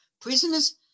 prisoners